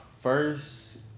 first